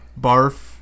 barf